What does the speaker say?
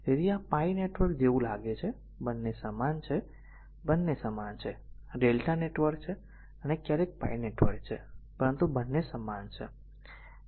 તેથી આ એક pi નેટવર્ક જેવું લાગે છે બંને સમાન છે બંને સમાન છે આ Δ નેટવર્ક છે અને આ ક્યારેક પાઇ નેટવર્ક છે પરંતુ બંને સમાન છે બંને સમાન છે